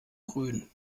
grün